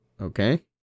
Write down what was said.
Okay